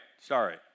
Sorry